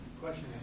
question